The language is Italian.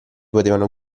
potevano